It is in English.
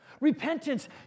Repentance